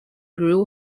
grew